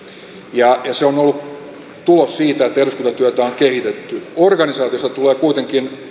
ja se on ollut tulos siitä että eduskuntatyötä on kehitetty organisaatiosta tulee kuitenkin